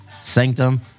sanctum